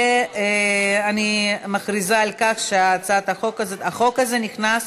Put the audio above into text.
ואני מכריזה שהחוק הזה נכנס